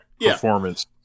performance